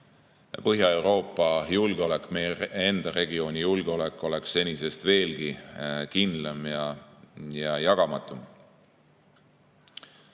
Põhja-Euroopa julgeolek, meie enda regiooni julgeolek oleks senisest veelgi kindlam ja jagamatum.